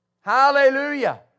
Hallelujah